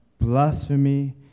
blasphemy